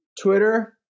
Twitter